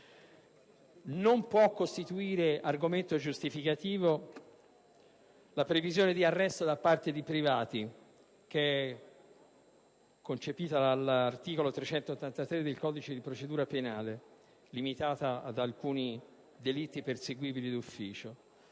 Non può costituire argomento giustificativo la previsione della facoltà di arresto da parte di privati, di cui dall'articolo 383 del codice di procedura penale limitata ad alcuni delitti perseguibili d'ufficio,